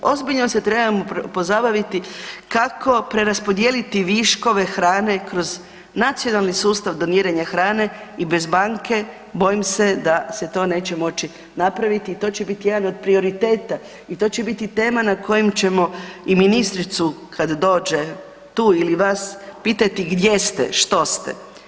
Ozbiljno se trebamo pozabaviti kako preraspodijeliti viškove hrane kroz nacionalni sustav doniranja hrane i bez banke bojim se da se to neće moći napraviti i to će biti jedan od prioriteta i to će biti tema na kojem ćemo i ministricu kad dođe tu, ili vas pitati gdje ste, što ste.